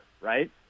right